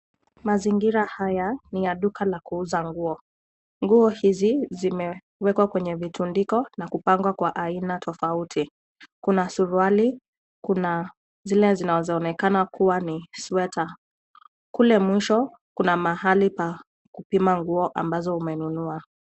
Mazingira haya, ni ya duka la kuuza nguo. Nguo hizi zimewekwa kwenye vitundiko na kupangwa kwa aina tofauti. Kuna suruali, kuna zili zinazoonekana kuwa ni sweta. Kule mbele, kuna chumba pa kupima nguo ambazo umenunua.